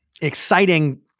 Exciting